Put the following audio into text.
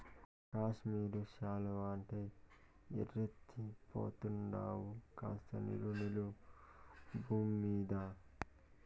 కాశ్మీరు శాలువా అంటే ఎర్రెత్తి పోతండావు కాస్త నిలు నిలు బూమ్మీద